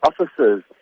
officers